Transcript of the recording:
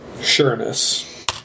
Sureness